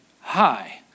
hi